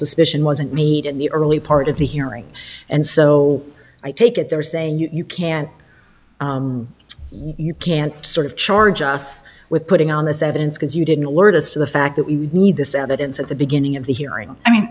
suspicion wasn't made in the early part of the hearing and so i take it they're saying you can't you can't sort of charge us with putting on this evidence because you didn't order the fact that we need this evidence at the beginning of the hearing i mean